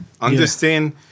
Understand